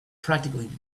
practically